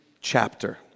chapter